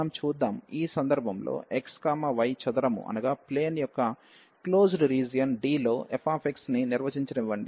ఈ సందర్భంలో x y చదరము యొక్క క్లోజ్డ్ రీజియన్ D లో fxని నిర్వచించనివ్వండి